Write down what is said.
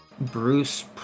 bruce